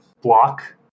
block